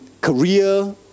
career